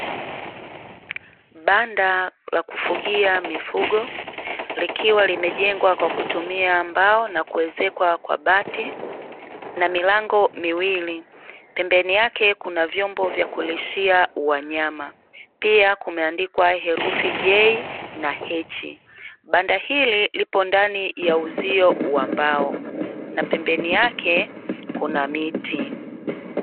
Banda la kufugia mifugio likiwa limejengwa kwa kutumia mbao na kuwekezwa kwa bati na lina milango miwili, pembeni yake kuna nyombo vya kulishia wanyama pia kuna herufi 'J.H', banda hili lipo kwa ndani ya uzio wa mbao na pembeni yake miti.